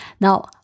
Now